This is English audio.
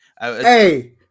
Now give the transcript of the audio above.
Hey